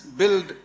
build